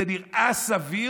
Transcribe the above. זה נראה סביר?